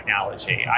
technology